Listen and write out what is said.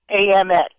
AMX